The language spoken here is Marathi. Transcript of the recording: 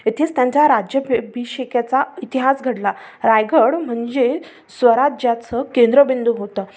येथेच त्यांचा राज्याभिषेकाचा इतिहास घडला रायगड म्हणजे स्वराज्याचं केंद्रबिंदू होतं